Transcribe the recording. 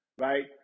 right